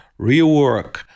rework